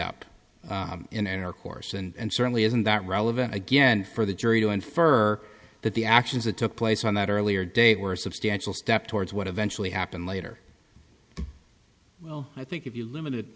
up in intercourse and certainly isn't that relevant again for the jury to infer that the actions that took place on that earlier date were substantial step towards what eventually happened later well i think if you limit